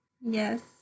Yes